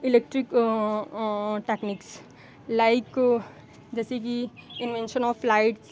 electric techniques like जैसे कि invention of lights